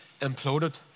imploded